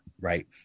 Right